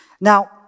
Now